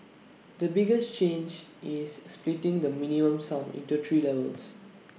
the biggest change is splitting the minimum sum into three levels